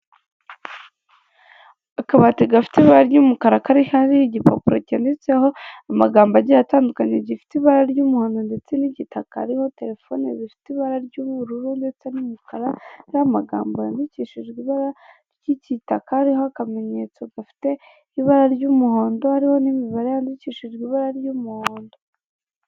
Akabati gafite ibara ry'umukara kari ahari igipapuro cyanditseho amagambo agiye atandukanye, gifite ibara ry'umuhondo ndetse n'igitaka hariho telefone zifite ibara ry'ubururu ndetse n'umukara, hariho amagambo yandikishijwe ibara ry'ikitaka hariho akamenyetso gafite ibara ry'umuhondo hariho n'imibare yandikishijwe ibara ry'umuhondo.